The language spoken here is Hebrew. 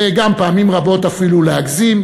גם פעמים רבות אפילו להגזים.